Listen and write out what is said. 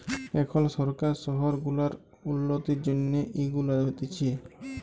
এখল সরকার শহর গুলার উল্ল্যতির জ্যনহে ইগুলা দিছে